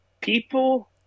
people